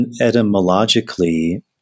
etymologically